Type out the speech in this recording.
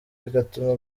bigatuma